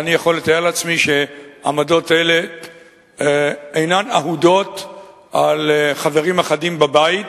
אני יכול לתאר לעצמי שהעמדות האלה אינן אהודות על חברים אחדים בבית,